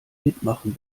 mitmachen